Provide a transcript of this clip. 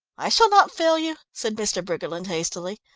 i shall not fail you, said mr. briggerland hastily.